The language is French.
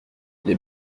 les